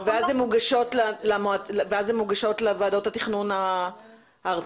--- ואז הן מוגשות לוועדות התכנון הארציות?